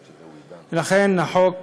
ולכן, החוק